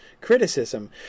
criticism